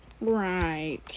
Right